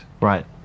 Right